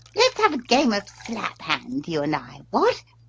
let's have a game of slap hand you and i what?